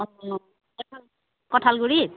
অঁ কঠালগুৰিত